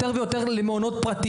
פגועים רגשית ומתמודדים